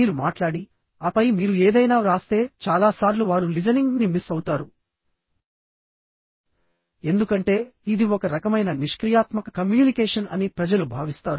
మీరు మాట్లాడి ఆపై మీరు ఏదైనా వ్రాస్తే చాలా సార్లు వారు లిజనింగ్ ని మిస్ అవుతారు ఎందుకంటే ఇది ఒక రకమైన నిష్క్రియాత్మక కమ్యూనికేషన్ అని ప్రజలు భావిస్తారు